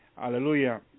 hallelujah